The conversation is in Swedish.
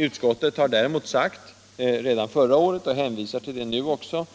Utskottet sade däremot redan förra året — och hänvisar till det uttalandet